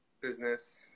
business